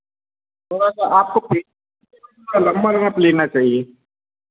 थोड़ा सा आपको पर लम्बा रन अप लेना चाहिए